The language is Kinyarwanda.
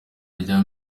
rya